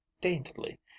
daintily